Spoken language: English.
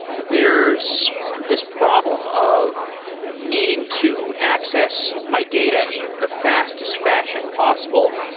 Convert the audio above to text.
there's this problem of needing to access my data in the fastest fashion possible,